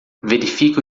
verifique